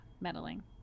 meddling